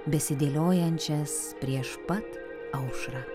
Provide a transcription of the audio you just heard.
besidėliojančias prieš pat aušrą